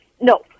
No